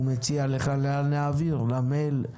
הוא מציע לך לאן להעביר, למייל,